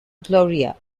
gloria